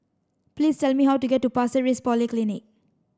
please tell me how to get to Pasir Ris Polyclinic